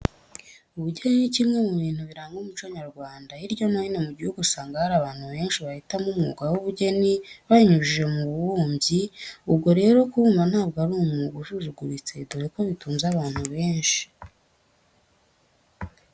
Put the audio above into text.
Ubugeni ni kimwe mu bintu biranga umuco nyarwanda. Hirya no hino mu gihugu usanga hari abantu benshi bahitamo umwuga w'ubugeni babinyujije mu bubumbyi. Ubwo rero, kubumba ntabwo ari umwuga usuzuguritse dore ko bitunze abantu benshi.